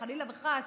שחלילה וחס